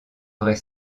vraie